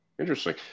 Interesting